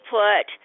put